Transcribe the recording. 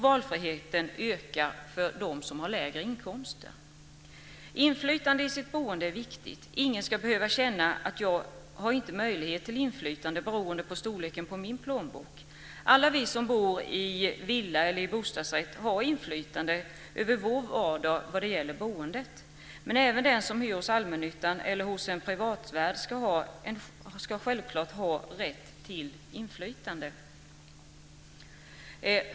Valfriheten ökar för dem som har lägre inkomster. Inflytande i sitt boende är viktigt. Ingen ska behöva känna: Jag har inte möjlighet till inflytande beroende på storleken på min plånbok. Alla vi som bor i villa eller i bostadsrätt har inflytande över vår vardag vad gäller boendet. Men även den som hyr som allmännyttan eller hos en privatvärd ska självklart ha rätt till inflytande.